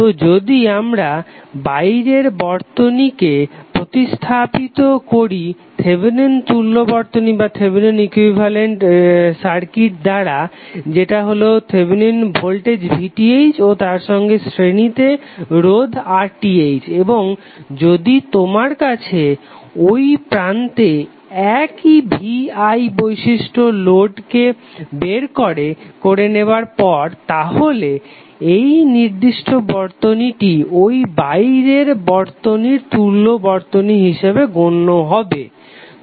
তো যদি আমরা বাইরের বর্তনীকে প্রতিস্থাপিত করি থেভেনিন তুল্য বর্তনীর দ্বারা যেটা হলো থেভেনিন ভোল্টেজ VTh ও তার সঙ্গে শ্রেণীতে রোধ RTh এবং যদি তোমার কাছে ঐ প্রান্তে একই V I বৈশিষ্ট্য লোডকে বের করে নেবার পর তাহলে এই নির্দিষ্ট বর্তনীটি ঐ বাইরের বর্তনীর তুল্য বর্তনী হিসাবে গণ্য হবে